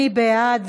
מי בעד?